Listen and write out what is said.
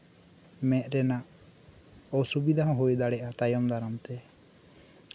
ᱢᱮᱸᱫ ᱨᱮᱭᱟᱜ ᱚᱥᱩᱵᱤᱫᱷᱟ ᱦᱚᱸ ᱦᱩᱭ ᱫᱟᱲᱮᱭᱟᱜᱼᱟ ᱛᱟᱭᱚᱢ ᱫᱟᱨᱟᱢ ᱛᱮ